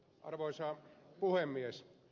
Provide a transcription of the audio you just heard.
arvoisa puhemies